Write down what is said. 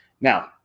Now